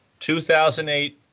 2008